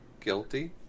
guilty